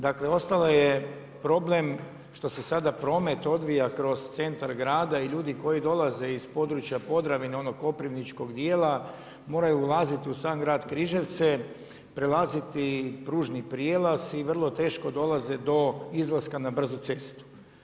Dakle, ostalo je problem što se sada promet odvija kroz centar i ljudi koji dolaze iz područja Podravine, onog koprivničkog dijela, moraju ulazi u sam grad Križevce, prelaziti pružni prijelaz i vrlo teško dolaze do izlaska na brzu cestu.